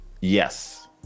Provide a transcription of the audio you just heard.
yes